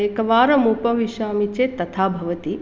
एकवारम् उपविशामि चेत् तथा भवति